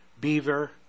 beaver